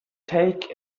take